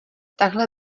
tahle